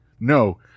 No